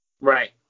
right